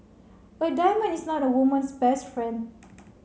a diamond is not a woman's best friend